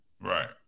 Right